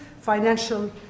financial